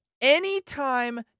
anytime